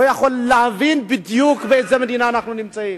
לא יכול להבין באיזה מדינה אנחנו נמצאים.